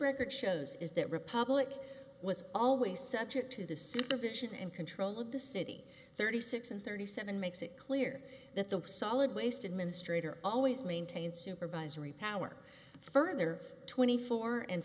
shows is that republic was always subject to the supervision and control of the city thirty six and thirty seven makes it clear that the solid waste administrator always maintained supervisory power further twenty four and